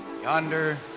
yonder